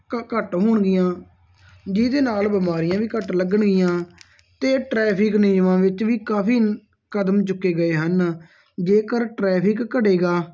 ਘੱਟ ਹੋਣਗੀਆਂ ਜਿਹਦੇ ਨਾਲ ਬਿਮਾਰੀਆਂ ਵੀ ਘੱਟ ਲੱਗਣਗੀਆਂ ਅਤੇ ਟ੍ਰੈਫਿਕ ਨਿਯਮਾਂ ਵਿੱਚ ਵੀ ਕਾਫੀ ਕਦਮ ਚੁੱਕੇ ਗਏ ਹਨ ਜੇਕਰ ਟਰੈਫਿਕ ਘਟੇਗਾ